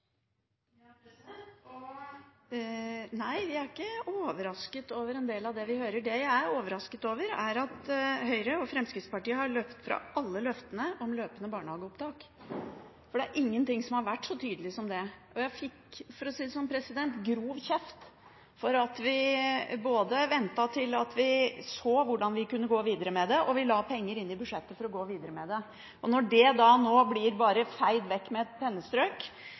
ikke overrasket over en del av det vi hører. Det jeg er overrasket over, er at Høyre og Fremskrittspartiet har løpt fra alle løftene om løpende barnehageopptak, for ingenting har vært så tydelig som det. Jeg fikk – for å si det sånn – grov kjeft for at vi ventet til vi så hvordan vi kunne gå videre med dette, og vi la penger inn i budsjettet for å gå videre med det. Når dette nå bare blir feid vekk med et pennestrøk,